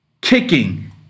kicking